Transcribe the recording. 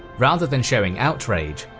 rather than showing outrage,